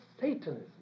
Satanism